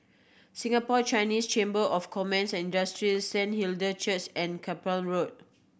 Singapore Chinese Chamber of Commerce Industry Saint Hilda Church and Carpmael Road